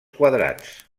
quadrats